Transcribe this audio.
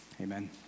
Amen